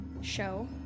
show